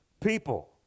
people